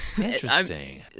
Interesting